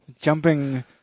Jumping